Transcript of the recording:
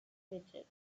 digit